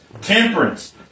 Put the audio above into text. temperance